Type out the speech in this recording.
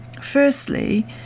firstly